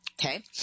Okay